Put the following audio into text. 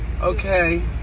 Okay